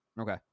Okay